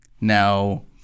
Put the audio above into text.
Now